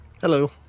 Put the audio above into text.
Hello